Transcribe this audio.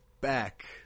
back